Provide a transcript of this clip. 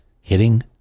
hitting